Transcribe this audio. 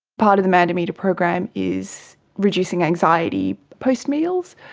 part of the mandometer program is reducing anxiety post meals.